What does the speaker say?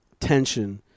tension